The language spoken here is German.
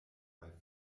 bei